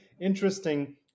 interesting